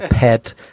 pet